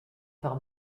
par